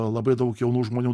labai daug jaunų žmonių